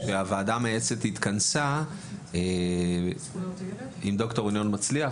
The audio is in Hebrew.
שהוועדה המייעצת התכנסה עם ד"ר ינון מצליח,